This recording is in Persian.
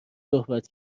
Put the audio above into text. صحبت